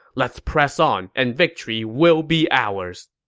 let's press on, and victory will be ours!